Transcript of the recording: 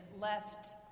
left